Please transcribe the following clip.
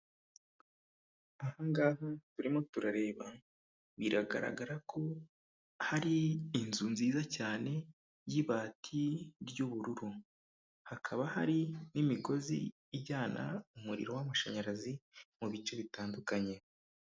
Aha ngaha turimo turareba biragaragara ko hari inzu nziza cyane y'ibati ry'ubururu. Hakaba hari n'imigozi ijyana umuriro w'amashanyarazi mu bice bitandukanye.